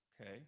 Okay